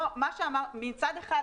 מצד אחד,